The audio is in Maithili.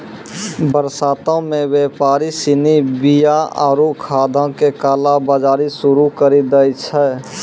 बरसातो मे व्यापारि सिनी बीया आरु खादो के काला बजारी शुरू करि दै छै